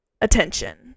attention